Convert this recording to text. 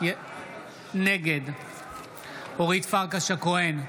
נגד אורית פרקש הכהן,